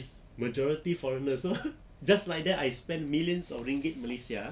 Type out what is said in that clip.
majority foreigners so just like that I spend millions of ringgit malaysia